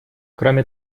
кроме